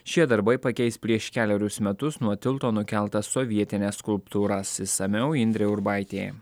šie darbai pakeis prieš kelerius metus nuo tilto nukeltas sovietines skulptūras išsamiau indrė urbaitė